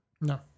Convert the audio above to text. no